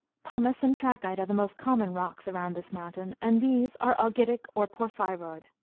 pumice and trachyte are the most common rocks around this mountain, and these are augitic or porphyroid.